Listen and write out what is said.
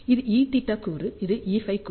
இது Eθ கூறு இது Eφ கூறு